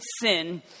sin